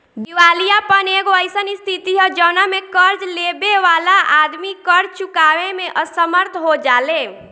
दिवालियापन एगो अईसन स्थिति ह जवना में कर्ज लेबे वाला आदमी कर्ज चुकावे में असमर्थ हो जाले